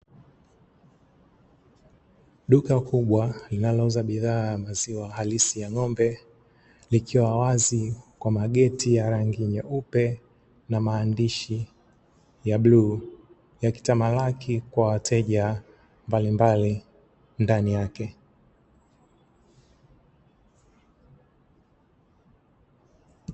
Duka kubwa linalouza bidhaa ya maziwa halisi ya ng’ombe, likiwa wazi kwa mageti ya rangi nyeupe na maandishi ya bluu, yakitamalaki kwa wateja mbalimbali ndani yake.